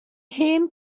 hen